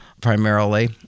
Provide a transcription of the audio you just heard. primarily